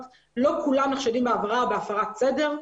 לא כולם נחשדים בעבירה או בהפרת סדר.